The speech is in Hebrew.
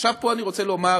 עכשיו, פה אני רוצה לומר,